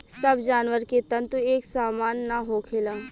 सब जानवर के तंतु एक सामान ना होखेला